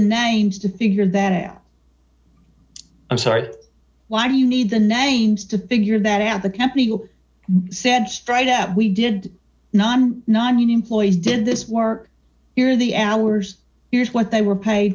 names to figure that out i'm sorry why do you need the names to figure that out the company who said straight out we did not not mean employees did this work here the hours here's what they were paid